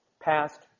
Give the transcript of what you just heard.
Past